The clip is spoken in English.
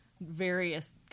various